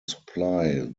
supply